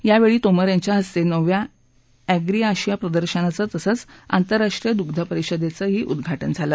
यावेळी तोमर यांच्या हस्ते नवव्या एप्री आशिया प्रदर्शनाचं तसंच आंतरराष्ट्रीय दुग्ध परिषदेचं उद्घाटन झालं